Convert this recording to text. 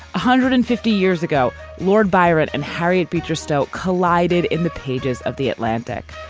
hundred and fifty years ago, lord byron and harriet beecher stowe collided in the pages of the atlantic.